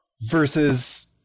versus